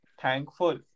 thankful